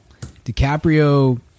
DiCaprio